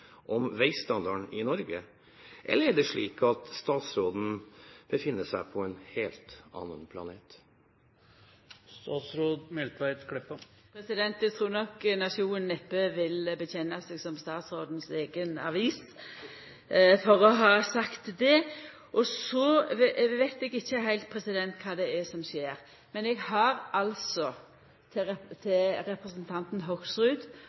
i Norge? Eller er det slik at statsråden befinner seg på en helt annen planet? Eg trur nok Nationen neppe ville vedkjenna seg å vera statsråden si eiga avis – for å ha sagt det. Eg veit ikkje heilt kva det er som skjer, men eg har altså til representanten Hoksrud